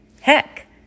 Heck